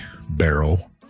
barrel